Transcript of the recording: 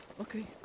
Okay